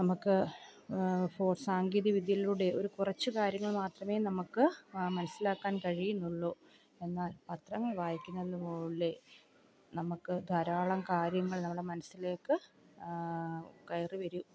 നമുക്ക് ഫോസ് സാങ്കേതിക വിദ്യയിലൂടെ ഒരു കുറച്ച് കാര്യങ്ങൾ മാത്രമേ നമുക്ക് മനസ്സിലാക്കാൻ കഴിയുന്നുള്ളൂ എന്നാൽ പത്രങ്ങൾ വായിക്കുന്നതു പോലെ നമുക്ക് ധാരാളം കാര്യങ്ങൾ നമ്മുടെ മനസ്സിലേക്ക് കയറി വരൂ